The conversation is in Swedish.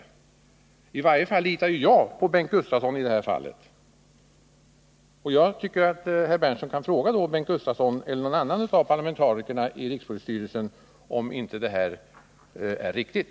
Under alla förhållanden litar jag på Bengt Gustavsson i det här fallet. Jag tycker att herr Berndtson kan fråga Bengt Gustavsson eller någon annan av parlamentarikerna i rikspolisstyrelsen, om inte det här är riktigt.